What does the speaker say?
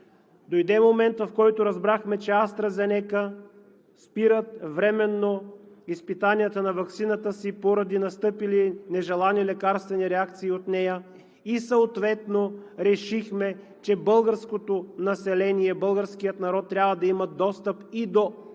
Дойде момент, в който разбрахме, че AstraZeneca спират временно изпитанието на ваксината си поради настъпили нежелани лекарствени реакции от нея и съответно решихме, че българското население, българският народ трябва да има достъп и до такава